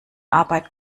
arbeit